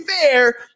fair